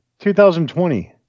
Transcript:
2020